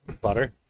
Butter